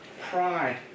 pride